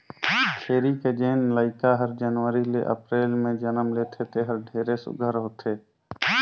छेरी के जेन लइका हर जनवरी ले अपरेल में जनम लेथे तेहर ढेरे सुग्घर होथे